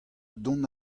dont